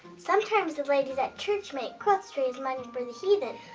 sometimes the ladies at church make quilts to raise money for the heathen.